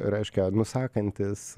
reiškia nusakantis